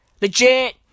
Legit